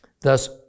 Thus